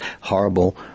horrible